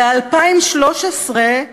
ב-2013,